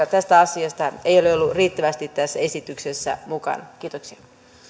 tästä asiasta ei ole ollut riittävästi tässä esityksessä mukana kiitoksia